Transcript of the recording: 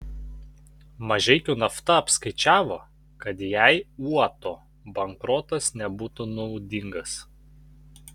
mažeikių nafta apskaičiavo kad jai uoto bankrotas nebūtų naudingas